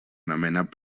nomenat